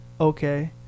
okay